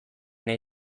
nahi